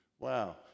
Wow